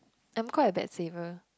I'm quite a bad saver